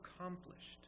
accomplished